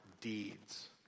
deeds